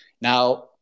Now